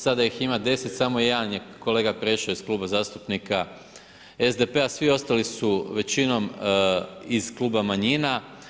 Sada ih ima 10, samo jedan je kolega prešao iz Kluba zastupnika SDP-a, svi ostali su većinom iz kluba manjina.